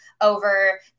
over